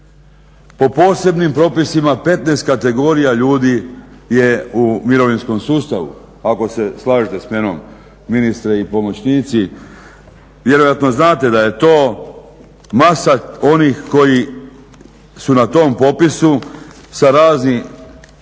Po posebnim propisima 15 kategorija ljudi je u mirovinskom sustavu, ako se slažete sa mnom ministre i pomoćnici, vjerojatno znate da je to masa onih koji su na tom popisu sa raznih